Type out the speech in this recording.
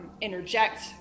interject